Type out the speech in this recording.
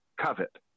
covet